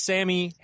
Sammy